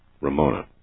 Ramona